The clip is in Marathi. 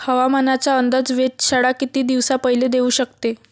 हवामानाचा अंदाज वेधशाळा किती दिवसा पयले देऊ शकते?